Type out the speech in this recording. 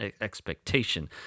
expectation